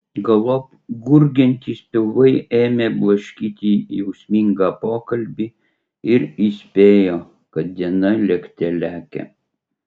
galop gurgiantys pilvai ėmė blaškyti jausmingą pokalbį ir įspėjo kad diena lėkte lekia